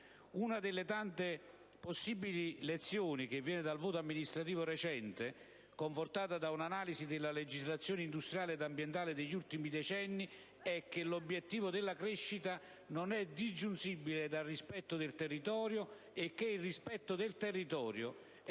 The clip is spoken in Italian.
Una tra le tante possibili lezioni che viene dal voto amministrativo recente, confortata da un'analisi della legislazione industriale e ambientale degli ultimi decenni, è che l'obiettivo della crescita non è disgiungibile dal rispetto del territorio e che il rispetto del territorio è